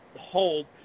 hold